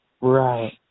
right